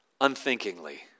unthinkingly